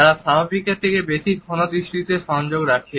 তারা স্বাভাবিকের থেকে বেশি ক্ষণ দৃষ্টি সংযোগ রাখে